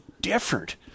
different